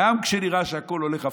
גם כשנראה שהכול הולך הפוך,